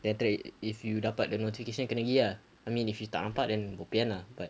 then after that if you dapat the notification kena pergi ah I mean if you tak nampak then bo pian lah but